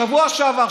בשבוע שעבר,